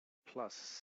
plus